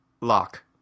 lock